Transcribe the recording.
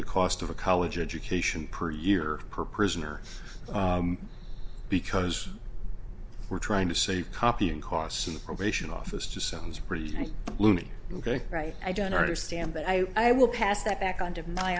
the cost of a college education per year per prisoner because we're trying to save copying costs in the probation office just sounds pretty loony ok right i don't understand but i i will pass that back on to my